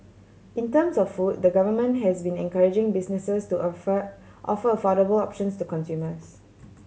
in terms of food the Government has been encouraging businesses to offer offer affordable options to consumers